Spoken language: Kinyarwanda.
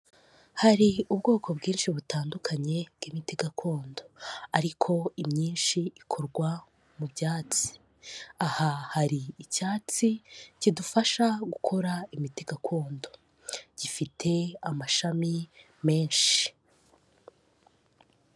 Hari ubwoko bwinshi butandukanye bw'imiti gakondo, ariko imyinshi ikorwa mu byatsi, aha hari icyatsi kidufasha gukora imiti gakondo, gifite amashami menshi.